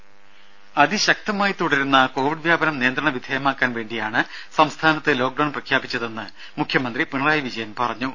ദ്ദേ അതിശക്തമായി തുടരുന്ന കൊവിഡ് വ്യാപനം നിയന്ത്രണ വിധേയമാക്കാൻ വേണ്ടിയാണ് ലോക്ഡൌൺ പ്രഖ്യാപിച്ചതെന്ന് മുഖ്യമന്ത്രി പിണറായി വിജയൻ പറഞ്ഞു